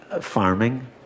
farming